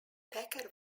packer